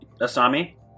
Asami